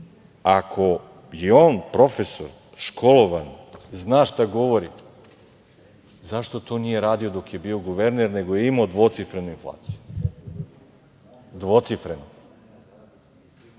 ako je on profesor, školovan, zna šta govori, zašto to nije radio dok je bio guverner, nego je imao dvocifrenu inflaciju? Čini